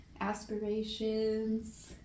aspirations